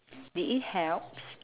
did it helps